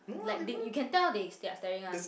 like they you can tell they there's are staring one